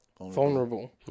vulnerable